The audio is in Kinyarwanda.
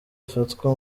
afatwa